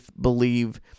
believe